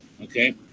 okay